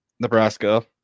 Nebraska